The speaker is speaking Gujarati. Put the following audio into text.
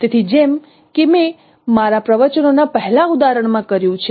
તેથી જેમ કે મેં મારા પ્રવચનોના પહેલા ઉદાહરણ માં કર્યું છે